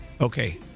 Okay